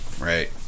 Right